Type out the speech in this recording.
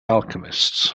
alchemists